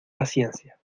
paciencia